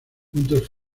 juntos